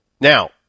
Now